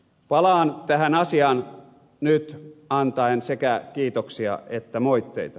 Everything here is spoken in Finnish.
palaan tähän asiaan nyt antaen sekä kiitoksia että moitteita